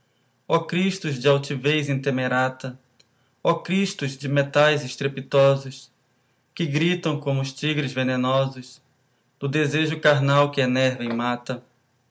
ó cristos de altivez intemerata ó cristos de metais estrepitosos que gritam como os tigres venenosos do desejo carnal que enerva e mata